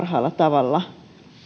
parhaalla tavalla